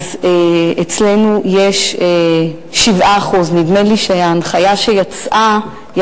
אצלנו יש 7%. נדמה לי שההנחיה שיצאה היא